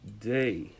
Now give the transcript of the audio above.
day